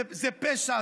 זה פשע,